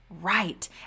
Right